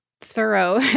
thorough